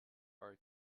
are